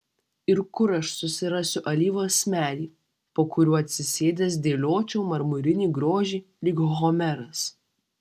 ir kur aš susirasiu alyvos medį po kuriuo atsisėdęs dėliočiau marmurinį grožį lyg homeras